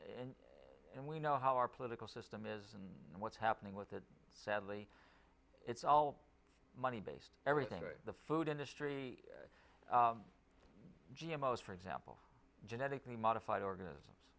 and we know how our political system is and what's happening with that sadly it's all money based everything the food industry g m o is for example genetically modified organisms